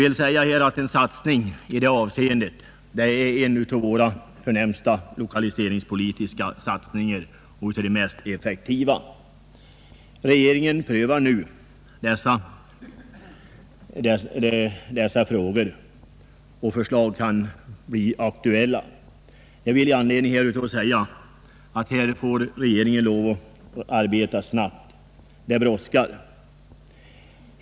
En satsning i detta avseende är en av våra förnämsta lokaliseringspolitiska satsningar och en av de mest effektiva. Regeringen prövar nu dessa frågor, och förslag kan bli aktuella. Jag vill med anledning härav säga att regeringen här får lov att arbeta snabbt. Det brådskar.